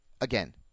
again